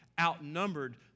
outnumbered